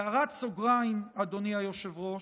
בהערת סוגריים, אדוני היושב-ראש,